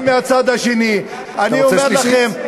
אתה רוצה שלישית?